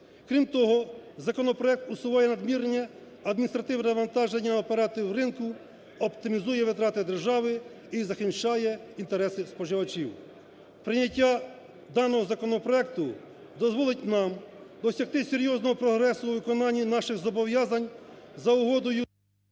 Крім того, законопроект усуває надмірне адміністративне навантаження операторів ринку, оптимізує витрати держави і захищає інтереси споживачів. Прийняття даного законопроекту дозволить нам досягти серйозного прогресу у виконанні наших зобов'язань за угодою…